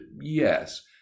yes